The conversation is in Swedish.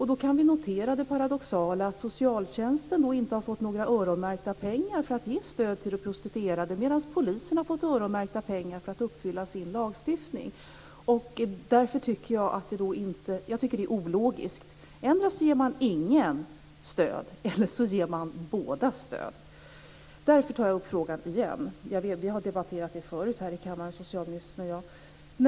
Vi kan då notera det paradoxala att socialtjänsten inte har fått några öronmärkta pengar för att ge stöd till de prostituerade medan polisen har fått öronmärkta pengar för att upprätthålla lagen. Jag tycker att det är ologiskt. Endera ger man ingen stöd eller så ger man båda stöd. Det är därför som jag tar upp frågan igen. Vi har debatterat den förut här i kammaren socialministern och jag.